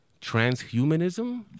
Transhumanism